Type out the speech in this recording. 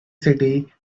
city